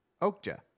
Oakja